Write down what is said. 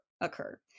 occur